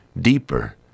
deeper